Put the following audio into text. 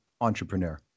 entrepreneur